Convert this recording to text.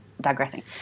digressing